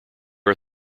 are